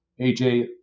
AJ